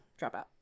Dropout